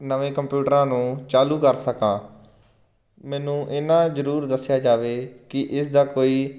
ਨਵੇਂ ਕੰਪਿਊਟਰਾਂ ਨੂੰ ਚਾਲੂ ਕਰ ਸਕਾਂ ਮੈਨੂੰ ਇੰਨਾ ਜ਼ਰੂਰ ਦੱਸਿਆ ਜਾਵੇ ਕਿ ਇਸ ਦਾ ਕੋਈ